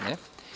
Ne.